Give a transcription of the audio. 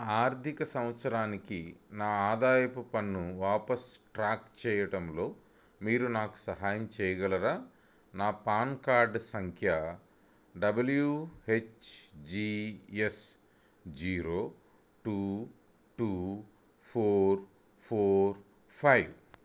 గత ఆర్థిక సంవత్సరానికి నా ఆదాయపు పన్ను వాపస్ ట్రాక్ చేయడంలో మీరు నాకు సహాయం చేయగలరా నా పాన్ కార్డు సంఖ్య W H G S zero two two four four five